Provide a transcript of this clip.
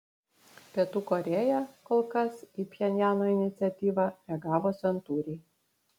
pietų korėja kol kas į pchenjano iniciatyvą reagavo santūriai